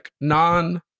non